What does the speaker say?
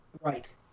right